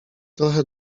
trochę